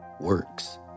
works